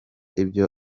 ibyo